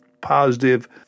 positive